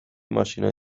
ماشینهای